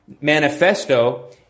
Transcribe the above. manifesto